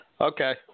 Okay